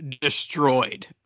destroyed